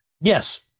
Yes